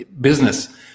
business